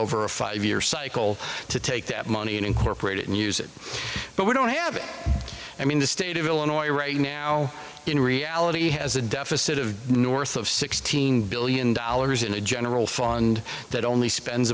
over a five year cycle to take that money and incorporate it and use it but we don't have i mean the state of illinois right now in reality has a deficit of north of sixteen billion dollars in a general fund that only spends